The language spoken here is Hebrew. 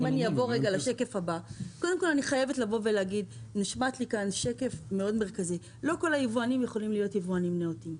אני חייבת לומר שלא כל היבואנים יכולים להיות יבואנים נאותים,